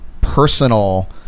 personal